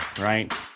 right